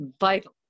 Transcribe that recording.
vital